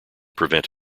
prevent